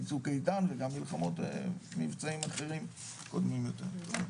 צוק איתן וגם מבצעים אחרים קודמים יותר.